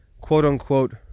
quote-unquote